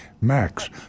max